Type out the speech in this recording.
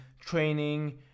training